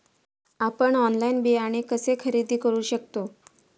आपण ऑनलाइन बियाणे कसे खरेदी करू शकतो?